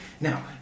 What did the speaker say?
now